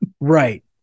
Right